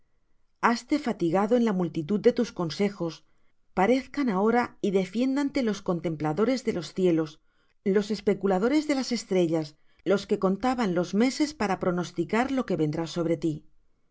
haste fatigado en la multitud de tus consejos parezcan ahora y defiéndante los contempladores de los cielos los especuladores de las estrellas los que contaban los meses para pronosticar lo que vendrá sobre ti